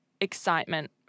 excitement